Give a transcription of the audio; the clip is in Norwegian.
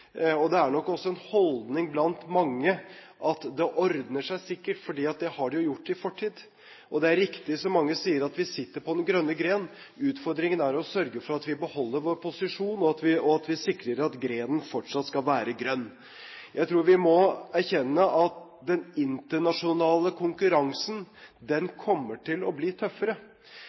Det er nok også en holdning blant mange at det ordner seg sikkert, for det har det gjort i fortid, og det er riktig som mange sier, at vi sitter på den grønne gren. Utfordringen er å sørge for at vi beholder vår posisjon, og at vi sikrer at grenen fortsatt skal være grønn. Jeg tror vi må erkjenne at den internasjonale konkurransen kommer til å bli tøffere.